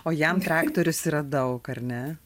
o jam traktorius yra daug ar ne